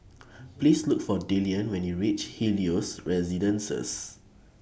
Please Look For Dillion when YOU REACH Helios Residences